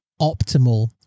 optimal